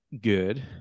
good